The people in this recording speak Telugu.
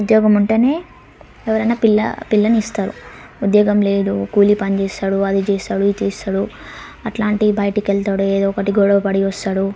ఉద్యోగం ఉంటేనే ఎవరైనా పిల్ల పిల్లని ఇస్తారు ఉద్యోగం లేదు కూలీ పని చేస్తాడు అది చేస్తాడు ఇది చేస్తాడు అట్లాంటి బయటికి వెళ్తాడు ఏదో ఒకటి గొడవపడి వస్తాడు